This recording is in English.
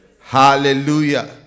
Hallelujah